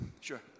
sure